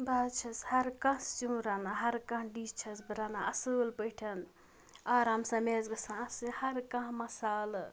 بہٕ حظ چھَس ہَر کانٛہہ سیُن رَنان ہَر کانٛہہ ڈِش چھَس بہٕ رَنان اَصۭل پٲٹھۍ آرام سان مےٚ حظ گَژھان آسٕنۍ ہَر کانٛہہ مصالہٕ